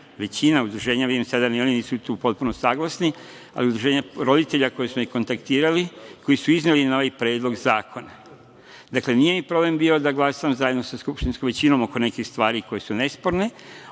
većina udruženja, vidim, sada da ni oni su tu potpuno saglasni, ali udruženja roditelja koja su me kontaktirali, koji su izneli na ovaj Predlog zakona. Dakle, nije problem da glasam zajedno sa skupštinskom većinom oko nekih stvari koje su nesporne